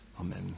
Amen